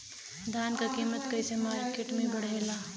धान क कीमत कईसे मार्केट में बड़ेला?